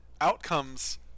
outcomes